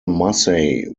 massey